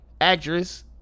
actress